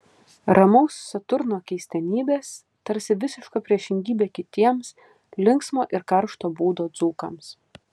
ramaus saturno keistenybės tarsi visiška priešingybė kitiems linksmo ir karšto būdo dzūkams